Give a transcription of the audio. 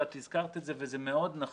ואת הזכרת את זה וזה מאוד נכון.